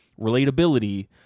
relatability